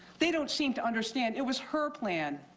they don't seem to understand, it was her plan.